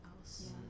else